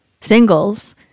singles